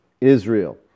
Israel